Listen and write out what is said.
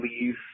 leave